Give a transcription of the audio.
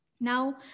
Now